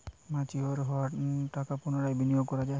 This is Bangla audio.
ম্যাচিওর হওয়া টাকা পুনরায় বিনিয়োগ করা য়ায় কি?